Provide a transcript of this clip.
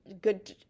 good